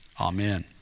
amen